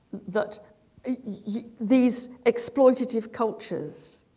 that yeah these exploitative cultures